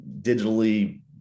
digitally